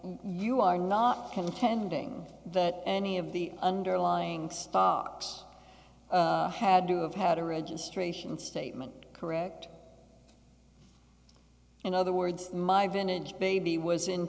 you are not contending that any of the underlying stocks had to have had a registration statement correct in other words my vintage baby was in